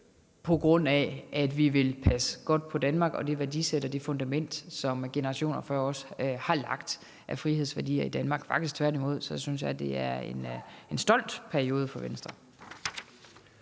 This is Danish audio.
på grund af at vi vil passe godt på Danmark og det værdisæt og det fundament af frihedsværdier, som generationer før os har lagt i Danmark, faktisk tværtimod. Jeg synes, det er en stolt periode for Venstre.